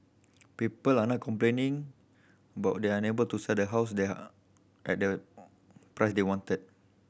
people are now complaining they are unable to sell their house there at the price they wanted